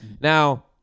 Now